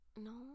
No